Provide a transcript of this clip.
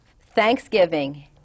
Thanksgiving